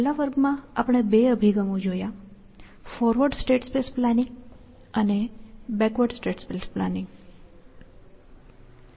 છેલ્લા વર્ગમાં આપણે બે અભિગમો જોયા ફોરવર્ડ સ્ટેટ સ્પેસ પ્લાનિંગ અને બીજું બેકવર્ડ સ્ટેટ સ્પેસ પ્લાનિંગ હતું